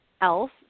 else